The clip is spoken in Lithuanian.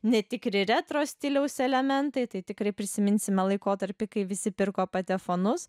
netikri retro stiliaus elementai tai tikrai prisiminsime laikotarpį kai visi pirko patefonus